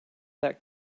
that